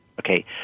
okay